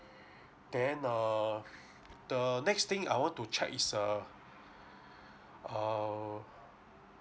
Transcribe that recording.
then err next thing I want to check is err err